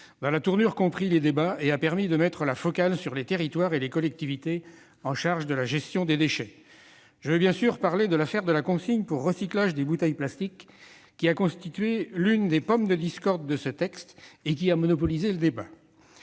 la tournure qu'ont prise les débats et a permis de placer la focale sur les territoires et les collectivités chargées de la gestion des déchets. Je veux bien sûr parler de l'affaire de la consigne pour recyclage des bouteilles en plastique, qui a constitué l'une des pommes de discorde et a monopolisé le débat.